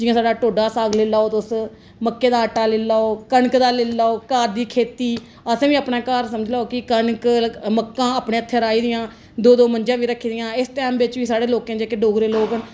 जियां साढ़ा ढोडा साग लेई लैओ तुस मक्के दा आटा लेई लैओ कनक दा लेई लैओ घार दी खेती आसें बी अपने घार समझी लैओ कि इक कनक मक्का अपने इत्थे राही दियां दो दो मंझा रक्खी दियां इस टांइम बिच बी साढ़े लोकें जेहके डोगरे लोक ना